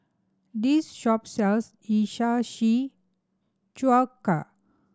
this shop sells Hiyashi Chuka